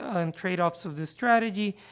ah and tradeoffs of this strategy,